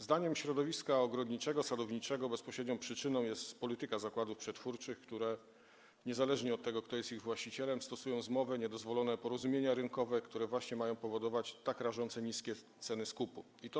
Zdaniem środowiska ogrodniczego, sadowniczego bezpośrednią przyczyną jest polityka zakładów przetwórczych, które niezależne od tego, kto jest ich właścicielem, stosują zmowę, niedozwolone porozumienia rynkowe, które właśnie mają powodować, że ceny skupu są tak rażąco niskie.